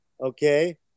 okay